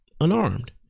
unarmed